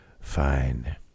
Fine